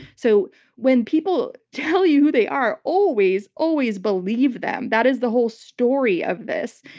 so when people tell you who they are, always, always believe them. that is the whole story of this.